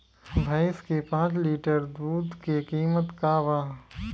भईस के पांच लीटर दुध के कीमत का बा?